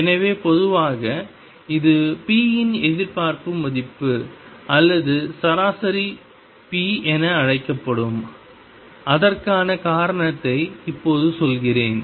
எனவே பொதுவாக இது p இன் எதிர்பார்ப்பு மதிப்பு அல்லது சராசரி p என அழைக்கப்படும் அதற்கான காரணத்தை இப்போது சொல்கிறேன்